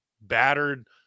battered